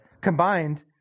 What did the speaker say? Combined –